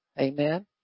amen